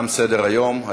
תם סדר-היום.